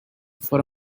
for